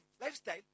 lifestyle